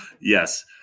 Yes